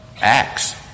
acts